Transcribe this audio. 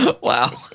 Wow